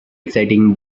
exciting